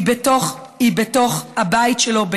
הוא בתוך הבית שלו,